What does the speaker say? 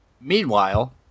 Meanwhile